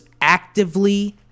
actively